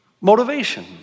motivation